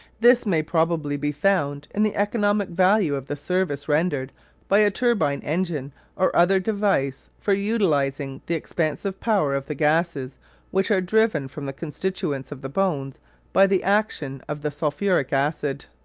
this may probably be found in the economic value of the service rendered by a turbine-engine or other device for utilising the expansive power of the gases which are driven from the constituents of the bones by the action of the sulphuric acid.